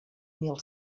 mil